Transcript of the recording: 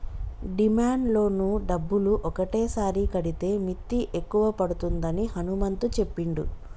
demand loan డబ్బులు ఒకటేసారి కడితే మిత్తి ఎక్కువ పడుతుందని హనుమంతు చెప్పిండు